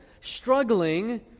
struggling